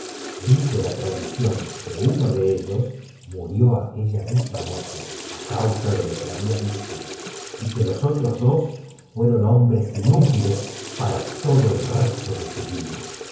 dice la tradición que uno de ellos imurió aquella misma noche á causa de lo que había visto y que los otros dos fueron hombres p inútiles para todo el resto de su vida